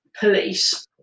police